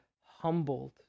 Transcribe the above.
humbled